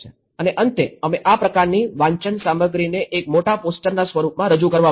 અને અંતે અમે આ પ્રકારની વાંચન સામગ્રીને એક મોટા પોસ્ટરના સ્વરૂપમાં રજુ કરવા માંગીયે છીએ